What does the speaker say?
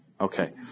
Okay